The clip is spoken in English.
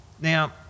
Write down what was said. now